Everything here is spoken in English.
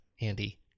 Andy